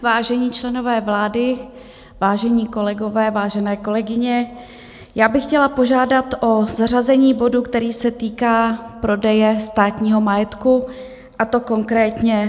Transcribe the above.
Vážení členové vlády, vážení kolegové, vážené kolegyně, já bych chtěla požádat o zařazení bodu, který se týká prodeje státního majetku, a to konkrétně zámku Štiřín.